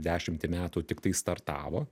dešimtį metų tiktai startavo